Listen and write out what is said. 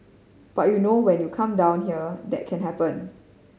but you know when you come down here that can happen